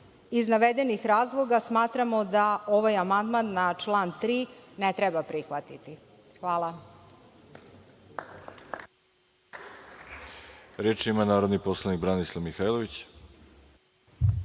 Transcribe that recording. Iz navedenih razloga, smatramo da ovaj amandman na član 3. ne treba prihvatiti. Hvala.